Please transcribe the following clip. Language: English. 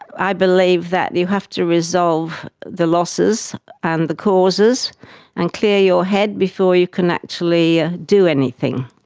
i believe that you have to resolve the losses and the causes and clear your head before you can actually ah do anything.